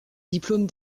diplômes